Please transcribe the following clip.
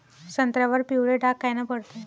संत्र्यावर पिवळे डाग कायनं पडते?